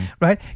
right